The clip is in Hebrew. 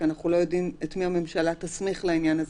כי אנחנו לא יודעים את מי הממשלה תסמיך לעניין הזה.